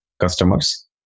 customers